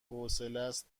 حوصلست